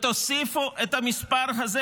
תוסיפו את המספר הזה,